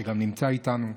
שגם נמצא איתנו: